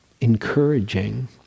encouraging